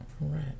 right